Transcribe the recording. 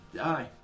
Aye